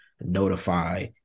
notify